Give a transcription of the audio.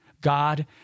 God